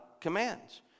commands